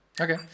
okay